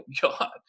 God